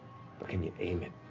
but can you aim it?